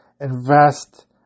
invest